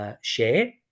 share